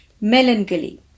melancholy